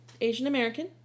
Asian-American